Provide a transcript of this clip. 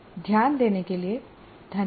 ध्यान देने के लिए धन्यवाद